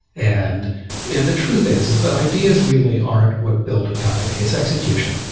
and and the truth is, is that ideas really aren't what build a company. it's execution.